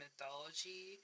mythology